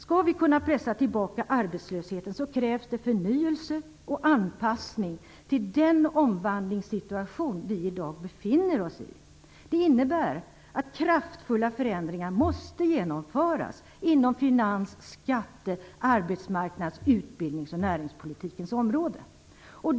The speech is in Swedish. Skall vi kunna pressa tillbaka arbetslösheten krävs det förnyelse och anpassning till den omvandlingssituation vi i dag befinner oss i. Det innebär att kraftfulla förändringar måste genomföras inom finans-, skatte-, arbetsmarknads-, utbildnings och näringspolitikens områden.